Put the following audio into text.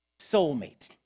soulmate